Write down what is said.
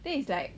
then it's like